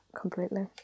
completely